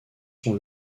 sont